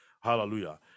hallelujah